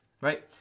right